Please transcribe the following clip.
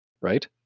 right